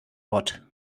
ort